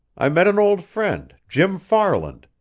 i met an old friend, jim farland,